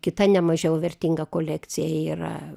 kita nemažiau vertinga kolekcija yra